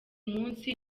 munsi